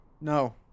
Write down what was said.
No